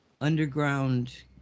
underground